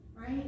right